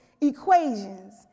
equations